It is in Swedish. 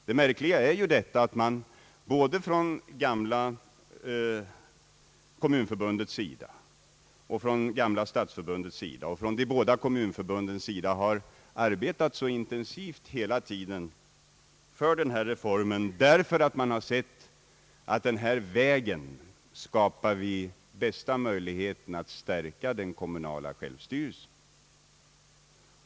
Det märkliga är ju att både det gamla kommunförbundet och det gamla stadsförbundet liksom sedermera det nya kommunförbundet hela tiden har arbetat så intensivt för den här reformen, därför att de sett att på den vägen skapas den bästa möjligheten att stärka den kommunala självstyrelsen.